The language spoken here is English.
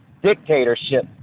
dictatorship